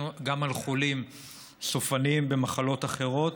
גם על חולים סופניים במחלות אחרות,